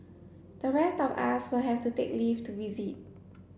the rest of us will have to take leave to visit